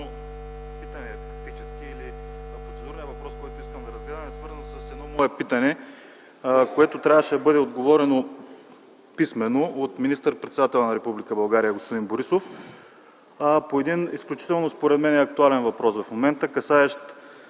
питане фактически или процедурен въпрос, който искам да разгледаме, е свързан с едно мое питане, на което трябваше да бъде отговорено писмено от министър-председателя на Република България господин Борисов, по един изключително, според мен, актуален въпрос в момента, касаещ